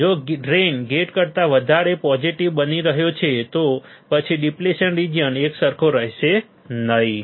જો drain gate કરતાં વધારે પોઝીટીવ બની રહ્યો છે તો પછી ડિપ્લેશન રીજીયન એકસરખો રહેશે નહીં